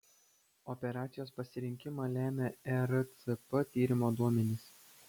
operacijos pasirinkimą lemia ercp tyrimo duomenys